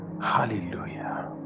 Hallelujah